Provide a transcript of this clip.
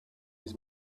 his